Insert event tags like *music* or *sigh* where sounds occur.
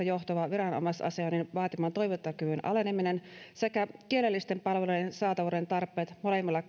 *unintelligible* johtuva viranomaisasioinnin vaatiman toimintakyvyn aleneminen sekä kielellisten palveluiden saatavuuden tarpeet molemmilla *unintelligible*